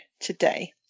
today